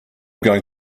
going